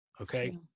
okay